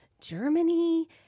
Germany